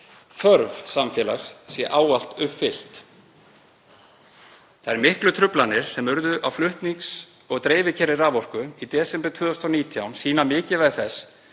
samfélags sé ávallt uppfyllt.“ Þær miklu truflanir sem urðu á flutnings- og dreifikerfi raforku í desember 2019 sýna mikilvægi þess